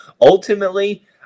ultimately